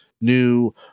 new